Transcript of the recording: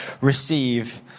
receive